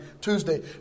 Tuesday